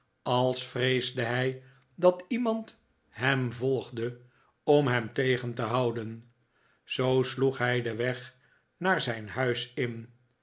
als vreesde hij dat iemand hem volgde om hem tegen te houden zoo sloeg hij den weg naar zijn huis in